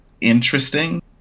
interesting